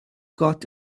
got